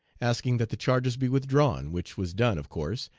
asking that the charges be withdrawn, which was done, of course,